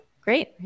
Great